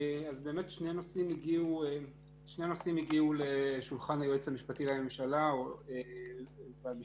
שני נושאים הגיעו לשולחן היועץ המשפטי לממשלה או למשנה